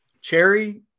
Cherry